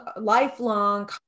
lifelong